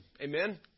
Amen